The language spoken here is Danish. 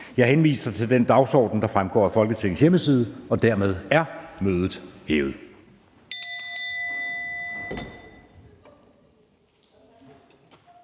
Jeg henviser til den dagsorden, der fremgår af Folketingets hjemmeside. Mødet er hævet.